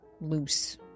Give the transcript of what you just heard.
loose